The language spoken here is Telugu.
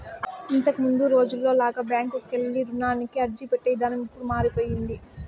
ఇంతకముందు రోజుల్లో లాగా బ్యాంకుకెళ్ళి రుణానికి అర్జీపెట్టే ఇదానం ఇప్పుడు మారిపొయ్యింది